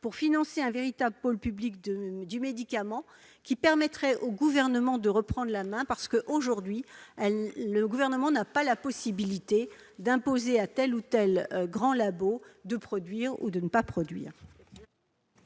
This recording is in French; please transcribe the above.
pour financer un véritable pôle public du médicament qui permettrait au Gouvernement de reprendre la main. Aujourd'hui, le Gouvernement n'a pas la possibilité d'imposer à tel ou tel grand laboratoire la production